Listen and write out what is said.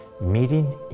meeting